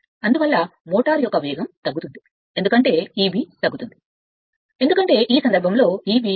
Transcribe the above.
అందువల్ల మోటారు యొక్క వేగం తగ్గుతుంది మరియు తగ్గుతుంది ఎందుకంటే Eb తగ్గుతుంది ఎందుకంటే ఈ సందర్భంలో Eb back EMF K ∅ n